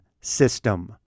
system